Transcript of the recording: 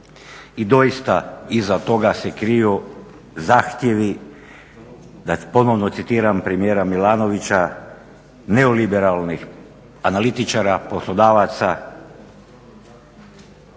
i doista iza toga se kriju zahtjevi da ponovno citiram premijera Milanovića neoliberalnih analitičara, poslodavaca,